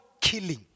killing